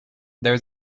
there